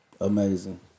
Amazing